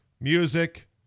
music